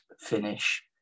finish